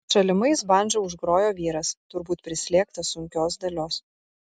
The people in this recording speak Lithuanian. šalimais bandža užgrojo vyras turbūt prislėgtas sunkios dalios